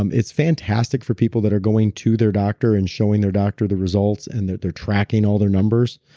um it's fantastic for people that are going to their doctor and showing their doctor the results and that they're tracking all their numbers.